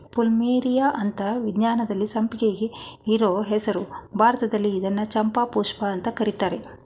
plumeria ಅಂತ ವಿಜ್ಞಾನದಲ್ಲಿ ಸಂಪಿಗೆಗೆ ಇರೋ ಹೆಸ್ರು ಭಾರತದಲ್ಲಿ ಇದ್ನ ಚಂಪಾಪುಷ್ಪ ಅಂತ ಕರೀತರೆ